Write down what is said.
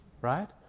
right